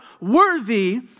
worthy